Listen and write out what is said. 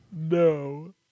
No